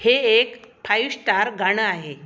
हे एक five star गाणं आहे